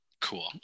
Cool